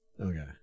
Okay